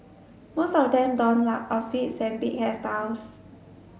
most of them donned loud outfits and big hairstyles